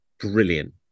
brilliant